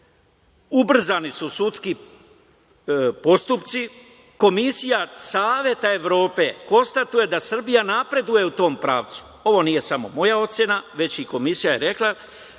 ubrzani su sudski postupci, Komisija Saveta Evrope, konstatuje da Srbija napreduje u tom pravcu. Ovo nije samo moja ocena, već i Komisija je to rekla,